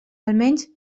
almenys